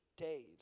days